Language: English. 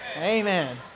Amen